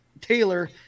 Taylor